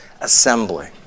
assembly